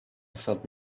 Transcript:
felt